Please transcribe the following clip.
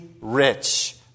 rich